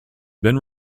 been